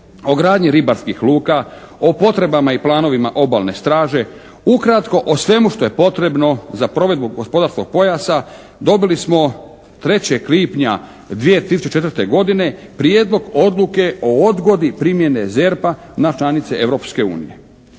gradnji ribarskih luka, o potrebama i planovima obalne straže, ukratko o svemu što je potrebno za provedbu gospodarskog pojasa dobili smo 3. lipnja 2004. godine Prijedlog odluke o odgodi primjene ZERP-a na članice